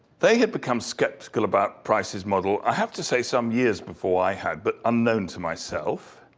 they had become skeptical about price's model i have to say some years before i had, but unknown to myself.